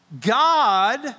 God